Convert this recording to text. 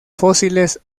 fósiles